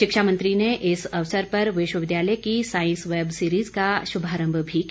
शिक्षा मंत्री ने इस अवसर पर विश्वविद्यालय की सांईस वैब सीरिज का शुभारम्भ भी किया